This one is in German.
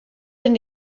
denn